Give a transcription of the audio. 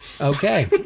okay